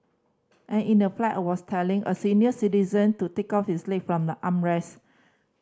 and in the flight I was telling a senior citizen to take out his leg from the armrest